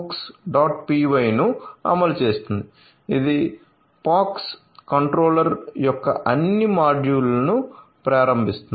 py" ను అమలు చేస్తుంది ఇది POX కంట్రోలర్ యొక్క అన్ని మాడ్యూళ్ళను ప్రారంభిస్తుంది